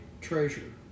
treasure